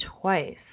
twice